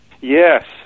Yes